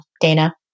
Dana